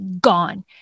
gone